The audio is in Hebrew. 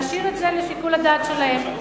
להשאיר את זה לשיקול הדעת שלהם.